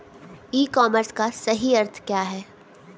ई commerce का सही अर्थ क्या है?